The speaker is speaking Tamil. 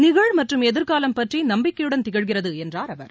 நிகழ் மற்றும் எதிர்காலம் பற்றி நம்பிக்கையுடன் திகழ்கிறது என்றார் அவர்